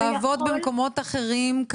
לעבוד במקומות אחרים,